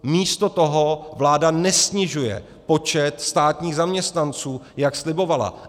Místo toho vláda nesnižuje počet státních zaměstnanců, jak slibovala.